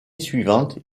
suivante